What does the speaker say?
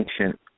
ancient